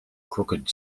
crooked